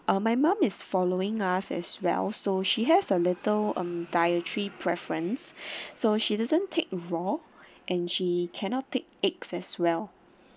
uh my mum is following us as well so she has a little um dietary preference so she doesn't take raw and she cannot take eggs as well